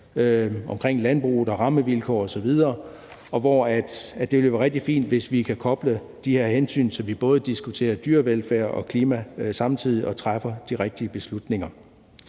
om landbruget, rammevilkår osv., hvor det jo vil være rigtig fint, hvis vi kan koble de her hensyn, så vi samtidig diskuterer både dyrevelfærd og klima og træffer de rigtige beslutninger.